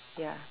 ya